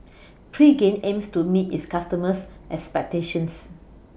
Pregain aims to meet its customers' expectations